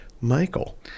Michael